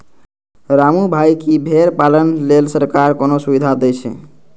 रामू भाइ, की भेड़ पालन लेल सरकार कोनो सुविधा दै छै?